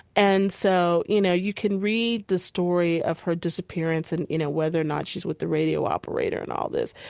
and so, you know, you can read the story of her disappearance and, you know, whether or not she's with the radio operator and all this.